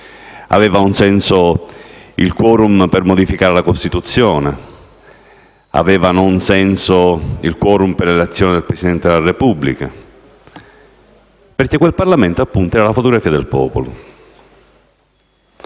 aveva un senso il *quorum* per modificare la Costituzione, aveva un senso il *quorum* per l'elezione del Presidente della Repubblica, perché quel Parlamento era la fotografia del popolo.